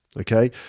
okay